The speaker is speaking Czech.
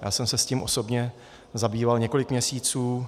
Já jsem se s tím osobně zabýval několik měsíců.